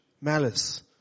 malice